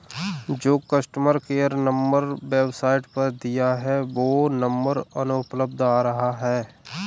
जो customer care number website पर दिया है वो नंबर अनुपलब्ध आ रहा है